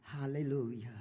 Hallelujah